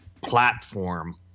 platform